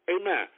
Amen